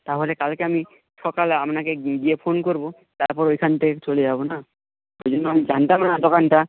তাহলে কালকে আমি সকালে আপনাকে গিয়ে ফোন করব তারপর ওইখান থেকে চলে যাব না ওই জন্য আমি জানতাম না দোকানটা